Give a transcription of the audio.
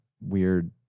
weird